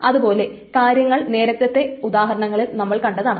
അതു പോലത്തെ കാര്യങ്ങൾ നേരത്തത്തെ ഉദാഹരണങ്ങളിൽ നമ്മൾ കണ്ടതാണ്